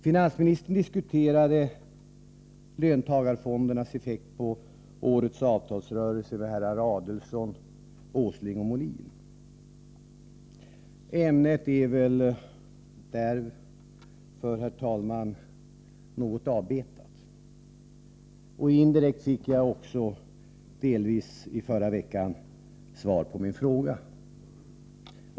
Finansministern diskuterade löntagarfondernas effekt på årets avtalsrörelse med herrar Adelsohn, Åsling och Molin. Ämnet är väl därmed mer eller mindre avbetat. Indirekt fick jag också i förra veckan svar på min fråga.